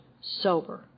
sober